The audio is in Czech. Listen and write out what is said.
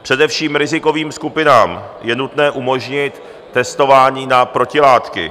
Především rizikovým skupinám je nutné umožnit testování na protilátky.